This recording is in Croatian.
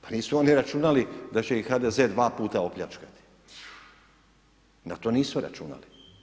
Pa nisu oni računali da će ih HDZ-e dva puta opljačkati, na to nisu računali.